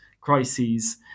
crises